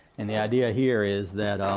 and the idea here is that